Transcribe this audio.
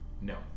No